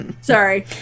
Sorry